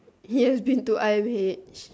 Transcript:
yes been to i_m_h